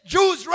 Jews